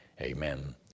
Amen